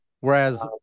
Whereas